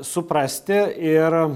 suprasti ir